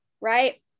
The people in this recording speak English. right